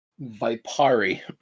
Vipari